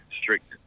strict